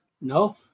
No